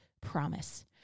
promise